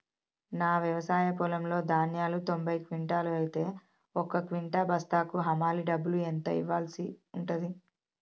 నా వ్యవసాయ పొలంలో ధాన్యాలు తొంభై క్వింటాలు అయితే ఒక క్వింటా బస్తాకు హమాలీ డబ్బులు ఎంత ఇయ్యాల్సి ఉంటది?